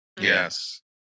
Yes